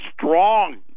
strong